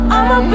I'ma